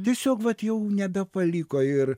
tiesiog vat jau nebepaliko ir